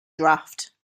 draft